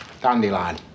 dandelion